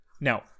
Now